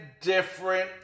different